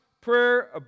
prayer